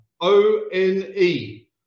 O-N-E